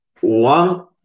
one